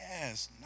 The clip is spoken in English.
Yes